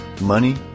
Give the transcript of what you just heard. Money